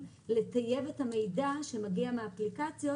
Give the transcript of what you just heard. פועלים לטייב את המידע שמגיע מאפליקציות,